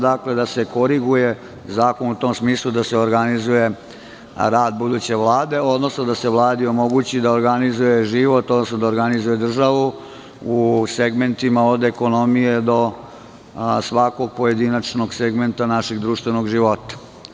Dakle, da se koriguje zakon u tom smislu da se organizuje rad buduće Vlade, odnosno da se Vladi omogući da organizuje život, odnosno da organizuje državu u segmentima od ekonomije do svakog pojedinačnog segmenta našeg društvenog života.